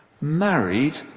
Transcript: married